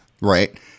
right